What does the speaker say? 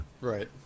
Right